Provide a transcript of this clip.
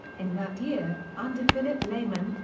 in that year, under philip lehman,